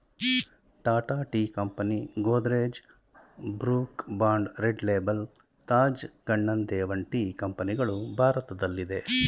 Tata tea company, Godrej, Brooke Bond Red Label, Taj Kannan Devan tea ಕಂಪನಿಗಳು ಭಾರತದಲ್ಲಿದೆ